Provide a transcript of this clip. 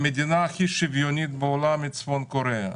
המדינה הכי שוויונית בעולם היא צפון קוריאה.